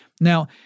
Now